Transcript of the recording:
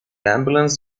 ambulance